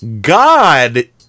God